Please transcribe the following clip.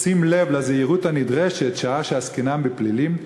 בשים לב לזהירות הנדרשת שעה שעסקינן בפלילים,